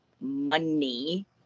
money